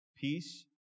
peace